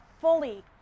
fully